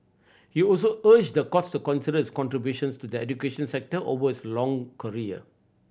he also urged the court to consider his contributions to the education sector over his long career